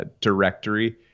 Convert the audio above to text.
directory